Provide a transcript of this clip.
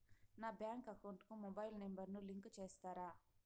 నా bank account కు mobile number ను లింకు చేస్తారా?